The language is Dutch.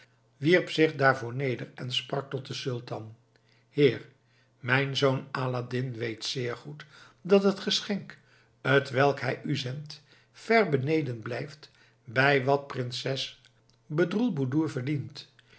wierp zich daarvoor neder en sprak tot den sultan heer mijn zoon aladdin weet zeer goed dat het geschenk twelk hij u zendt ver beneden blijft bij wat prinses bedroelboedoer verdient